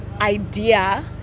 idea